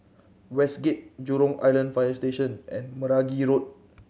Westgate Jurong Island Fire Station and Meragi Road